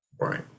Right